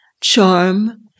charm